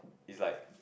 is like